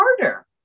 harder